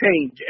change